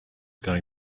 going